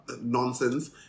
nonsense